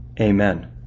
Amen